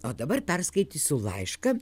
o dabar perskaitysiu laišką